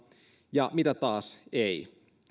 ja mitä taas ei